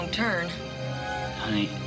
Honey